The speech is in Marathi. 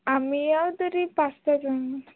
आम्ही आहे तरी पाच सहा जण